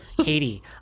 Katie